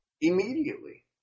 immediately